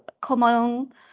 common